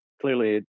clearly